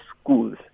schools